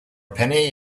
penny